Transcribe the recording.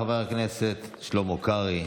חבר הכנסת שלמה קרעי,